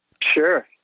Sure